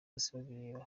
bosebabireba